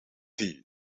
thief